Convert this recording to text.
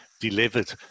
delivered